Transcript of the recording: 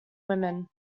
women